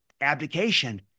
abdication